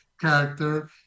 character